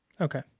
Okay